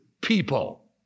people